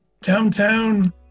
downtown